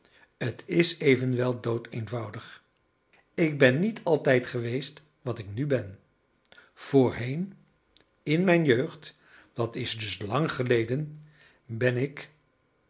t is evenwel doodeenvoudig ik ben niet altijd geweest wat ik nu ben voorheen in mijne jeugd dat is dus lang geleden ben ik ja ben ik